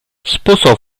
sposò